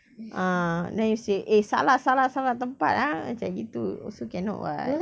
ah then you say eh salah salah salah tempat ah macam gitu also cannot [what]